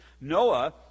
Noah